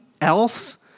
else